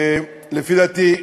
לפי דעתי,